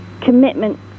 commitment